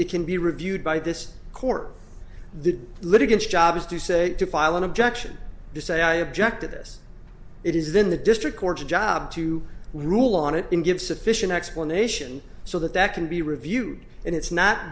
it can be reviewed by this court the litigants job is to say to file an objection to say i object to this it is then the district court's job to rule on it and give sufficient explanation so that that can be reviewed and it's not